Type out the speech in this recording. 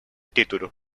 título